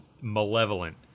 malevolent